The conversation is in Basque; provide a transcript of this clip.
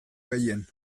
gehien